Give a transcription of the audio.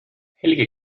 helge